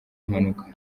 mpanuka